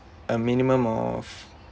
a minimum of